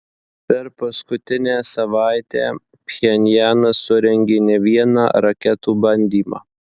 per paskutinę savaitę pchenjanas surengė ne vieną raketų bandymą